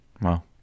Wow